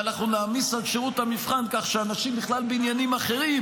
ואנחנו נעמיס על שירות המבחן כך שאנשים בכלל בעניינים אחרים,